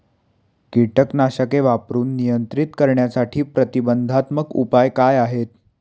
कीटकनाशके वापरून नियंत्रित करण्यासाठी प्रतिबंधात्मक उपाय काय आहेत?